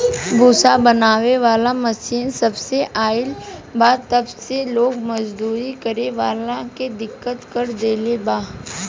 भूसा बनावे वाला मशीन जबसे आईल बा तब से लोग मजदूरी करे वाला के दिक्कत कर देले बा